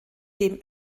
dem